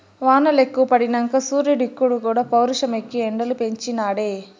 వానలెక్కువ పడినంక సూరీడుక్కూడా పౌరుషమెక్కి ఎండలు పెంచి నాడే